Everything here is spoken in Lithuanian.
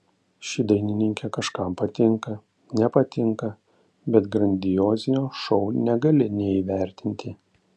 ši dainininkė kažkam patinka nepatinka bet grandiozinio šou negali neįvertinti